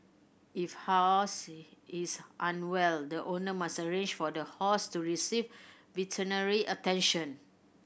if horses is unwell the owner must arrange for the horse to receive veterinary attention